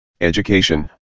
Education